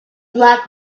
black